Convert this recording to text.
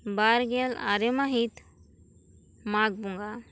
ᱵᱟᱨᱜᱮᱞ ᱟᱨᱮ ᱢᱟᱹᱦᱤᱛ ᱢᱟᱜᱽ ᱵᱚᱸᱜᱟ